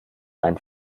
einen